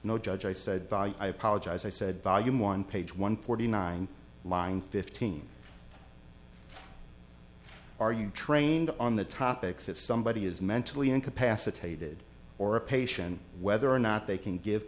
know judge i said i apologize i said volume one page one forty nine line fifteen are you trained on the topics if somebody is mentally incapacitated or a patient whether or not they can give